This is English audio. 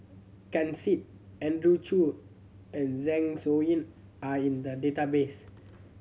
Ken Seet Andrew Chew and Zeng Shouyin are in the database